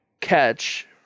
catch